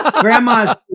grandma's